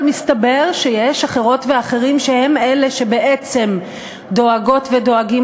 אבל מסתבר שיש אחרות ואחרים שהם אלה שבעצם דואגות ודואגים